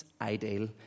ideal